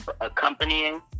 accompanying